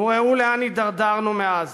וראו לאן התדרדרנו מאז.